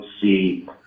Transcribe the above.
see